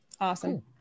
awesome